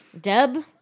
Deb